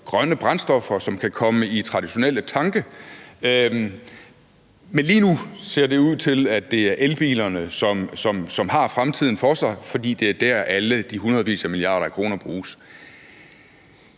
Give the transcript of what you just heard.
grønne brændstoffer, som kan komme i traditionelle tanke – men lige nu ser det ud til, at det er elbilerne, som har fremtiden for sig, fordi det er der, alle de hundredvis af milliarder af kroner bruges.